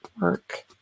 work